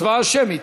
הצבעה שמית.